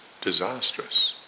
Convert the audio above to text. disastrous